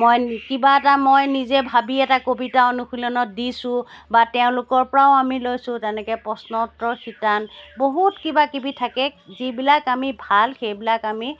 মই কিবা এটা মই নিজে ভাবি এটা কবিতা অনুশীলনত দিছো বা তেওঁলোকৰ পৰাও আমি লৈছো তেনেকৈ প্ৰশ্ন উত্তৰ শীতান বহুত কিবা কিবি থাকে যিবিলাক আমি ভাল সেইবিলাক আমি